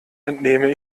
entnehme